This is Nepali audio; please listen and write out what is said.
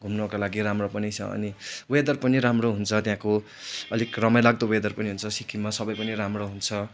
घुम्नको लागि राम्रो पनि छ अनि वेदर पनि राम्रो हुन्छ त्यहाँको अलिक रमाइलाग्दो वेदर पनि हुन्छ सिक्किममा समय पनि राम्रो हुन्छ